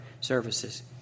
services